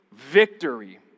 victory